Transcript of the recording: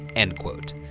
end quote.